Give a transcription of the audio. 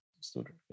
student